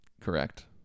Correct